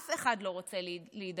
אף אחד לא רוצה להידבק.